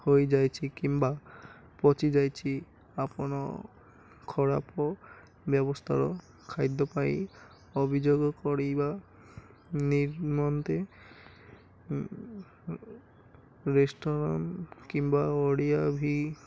ହୋଇଯାଇଛି କିମ୍ବା ପଚିଯାଇଛି ଆପଣ ଖରାପ ବ୍ୟବସ୍ଥାର ଖାଦ୍ୟ ପାଇ ଅଭିଯୋଗ କରି ବା ନିମନ୍ତେ ରେଷ୍ଟୁରାଣ୍ଟ୍ କିମ୍ବା ଓଡ଼ିଆଭିି